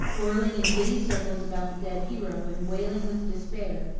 whirling in giddy circles about the dead hero and wailing with despair,